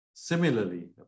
Similarly